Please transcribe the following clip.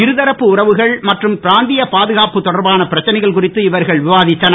இருதரப்பு உறவுகள் மற்றும் பிராந்தியப் பாதுகாப்பு தொடர்பான பிரச்சனைகள் குறித்து இவர்கள் விவாதித்தனர்